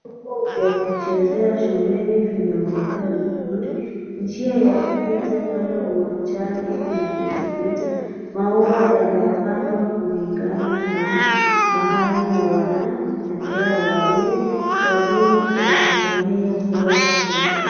Fimbo vya kuchezea shuleni vinaonekana vizuri ,njia ya kupita kuenda uwanjani inametameta. Maua yamepadwa kulingana na mahali wanaendea waridi, walimu wanafurahia kuwa hapo ndani.